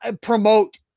promote